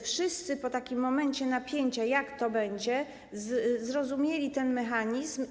Wszyscy po takim momencie napięcia, jak to będzie, zrozumieli ten mechanizm.